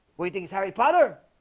waiting it's harry potter